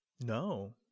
no